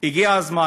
הגיע הזמן,